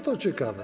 To ciekawe.